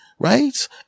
right